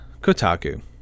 Kotaku